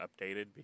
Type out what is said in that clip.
updated